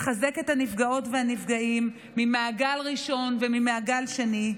לחזק את הנפגעות והנפגעים ממעגל ראשון וממעגל שני,